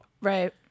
Right